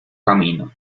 camino